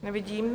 Nevidím.